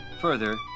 further